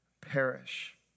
perish